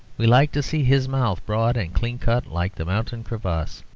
we like to see his mouth broad and clean cut like the mountain crevasse.